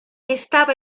estaba